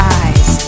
eyes